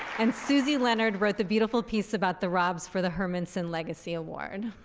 and suzy leonard wrote the beautiful piece about the roub's for the hermansen legacy award.